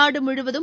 நாடுமுழுவதும்